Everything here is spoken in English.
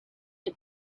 the